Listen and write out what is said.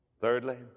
Thirdly